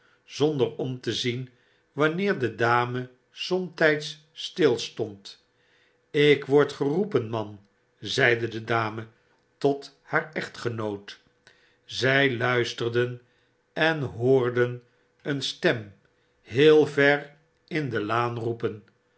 zonder ora tezien wanneer de dame somtyds stilstond ik word geroepen man zeide de dame tot haar echtgenoot zij luisterden en hoorden een stem heel ver in de laan roepen